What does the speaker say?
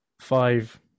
five